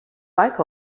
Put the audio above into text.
like